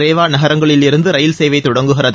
ரேவா நகரங்களில் இருந்து ரயில் சேவை தொடங்குகிறது